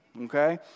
okay